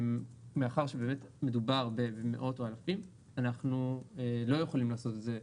מאחר ובאמת מדובר במאות ואלפים אנחנו לא יכולים לעשות את זה,